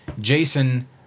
Jason